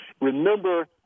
Remember